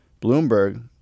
Bloomberg